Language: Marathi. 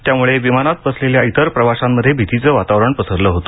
त्यामुळे विमानात बसलेल्या इतर प्रवाशांमध्ये भितीचे वातावरण पसरले होते